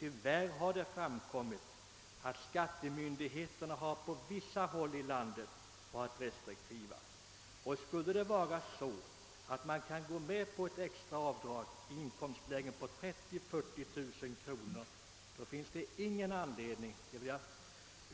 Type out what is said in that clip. Det har emellertid framkommit att skattemyndigheterna på vissa håll i landet tyvärr varit restriktiva härvidlag. Och skulle det vara så, att man går med på extra avdrag i inkomstlägen mellan 30 000 och 40 000 kronor finns det ingen anledning — det vill